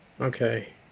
Okay